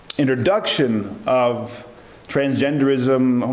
introduction of transgenderism,